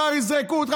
מחר יזרקו אותך,